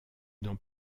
dans